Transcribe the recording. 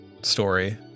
story